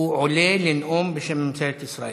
הוא עולה לנאום בשם ממשלת ישראל.